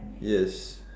yes